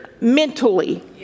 mentally